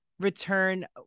Return